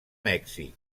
mèxic